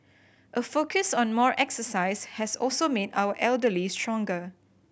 a focus on more exercise has also made our elderly stronger